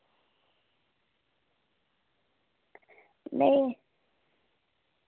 नेईं